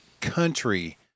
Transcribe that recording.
country